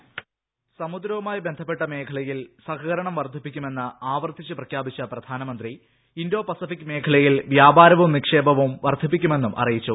voice സമുദ്രവുമായി ബന്ധപ്പെട്ട മേഖലയിൽ സൂഹകരണം വർദ്ധിപ്പിക്കുമെന്ന് ആവർത്തിച്ച് പ്രഖ്യാപ്പിച്ചു പ്രധാനമന്ത്രി ഇന്തോ പസഫിക് മേഖലയിൽ വ്യാപാര്യും നിക്ഷേപവും വർദ്ധിപ്പിക്കുമെന്നും അറിയിച്ചു